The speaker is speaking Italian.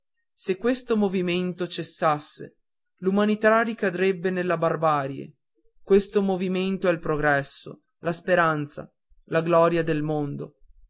se questo movimento cessasse l'umanità ricadrebbe nella barbarie questo movimento è il progresso la speranza la gloria del mondo